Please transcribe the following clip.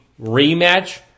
rematch